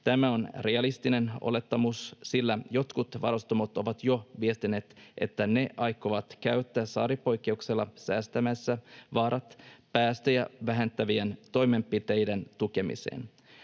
Tämä on realistinen olettamus, sillä jotkut varustamot ovat jo viestineet, että ne aikovat käyttää saaripoikkeuksella säästämänsä varat päästöjä vähentävien toimenpiteiden tukemiseen.